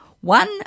one